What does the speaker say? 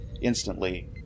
instantly